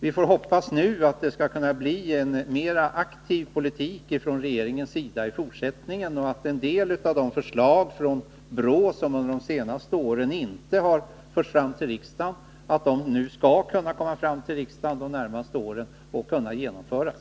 Vi får hoppas att regeringen skall kunna föra en mer aktiv politik i fortsättningen, att en del av de förslag från BRÅ som under de senaste åren inte har förts fram till riksdagen nu kommer att framläggas under de närmaste åren och att de skall kunna genomföras.